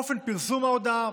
אופן פרסום ההודעה